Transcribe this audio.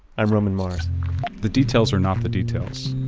i'm roman mars the details are not the details.